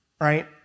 right